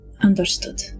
Understood